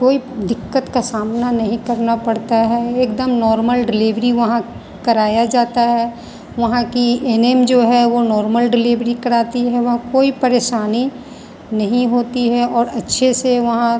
कोई दिक्कत का सामना नहीं करना पड़ता है एकदम नार्मल डिलेवरी वहाँ कराया जाता है वहाँ की एन एम जो है वो नार्मल डिलेवरी कराती है वहाँ कोई परेशानी नहीं होती है और अच्छे से वहाँ